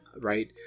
right